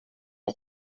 een